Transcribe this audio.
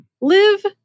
Live